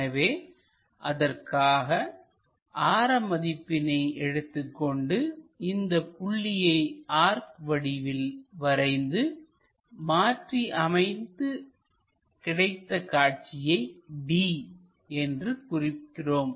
எனவே அதற்கான ஆர மதிப்பினை எடுத்துக்கொண்டு இந்தப் புள்ளியை ஆர்க் வடிவில் வரைந்து மாற்றி அமைத்து கிடைத்த காட்சியை d என்று குறிக்கிறோம்